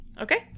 Okay